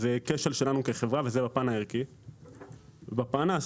זה כשל שלנו כחברה וזה בפן הערכי.